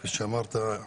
כפי שאמרת: